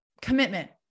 commitment